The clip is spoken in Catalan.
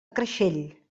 creixell